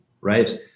right